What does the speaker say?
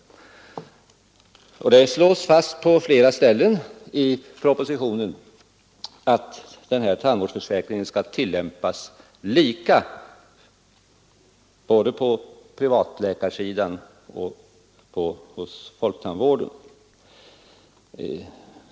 Det slås fast på flera ställen i propositionen att tandvårdsförsäkringen skall tillämpas lika, både på privattandläkarsidan och hos folktandvården.